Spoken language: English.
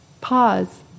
Pause